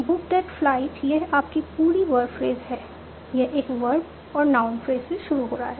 book that flight यह आपकी पूरी वर्ब फ्रेज है यह एक वर्ब और नाउन फ्रेज से शुरू हो रहा है